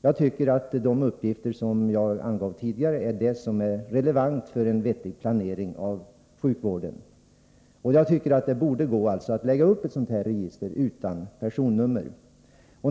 Jag tycker att de uppgifter som jag angav tidigare är de som är relevanta för en vettig planering av sjukvården. Det borde alltså gå att lägga upp ett sådant här register utan personnummer.